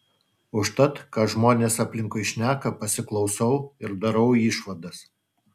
užtat ką žmonės aplinkui šneka pasiklausau ir darau išvadas